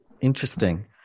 interesting